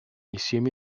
insieme